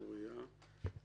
מוריה, בבקשה.